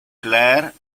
claire